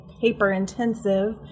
paper-intensive